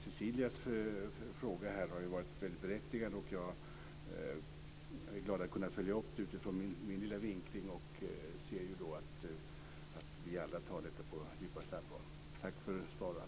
Cecilias fråga har varit väldigt berättigad, och jag är glad att ha kunnat följa upp den utifrån min lilla vinkling. Jag kan se att vi alla tar detta på djupaste allvar.